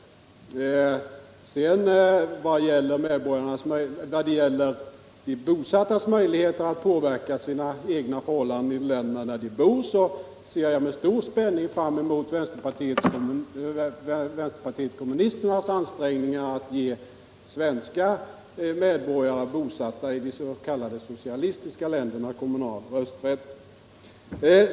I vad gäller de utomlands bosattas möjligheter att påverka sina egna förhållanden i det land där de bor ser jag med stor spänning fram mot vänsterpartiet kommunisternas kommande ansträngningar att ge svenska medborgare, bosatta i de s.k. socialistiska länderna, kommunal rösträtt.